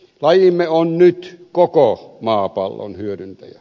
lajimme on nyt koko maapallon hyödyntäjä